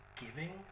giving